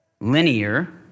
linear